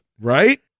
Right